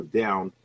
down